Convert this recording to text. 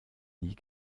nie